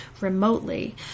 remotely